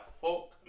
fuck